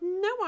no